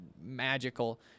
magical